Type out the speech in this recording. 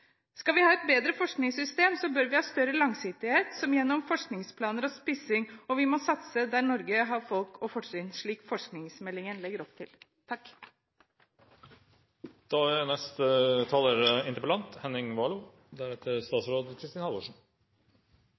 Skal vi ha et bedre forskningssystem, bør vi ha mer langsiktighet gjennom forskningsplaner og spissing, og vi må satse der Norge har folk og fortrinn, slik forskningsmeldingen legger opp til. Jeg er enig med siste taler